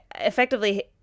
effectively